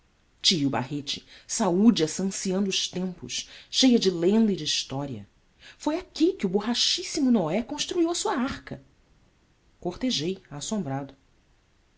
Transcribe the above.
o barrete saúde essa anciã dos tempos cheia de lenda e de história foi aqui que o borrachíssimo noé construiu a sua arca cortejei assombrado